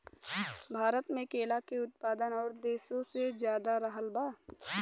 भारत मे केला के उत्पादन और देशो से ज्यादा रहल बा